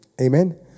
Amen